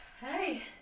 Hey